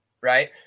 right